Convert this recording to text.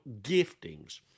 giftings